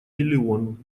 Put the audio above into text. миллион